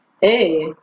Hey